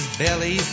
belly